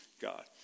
God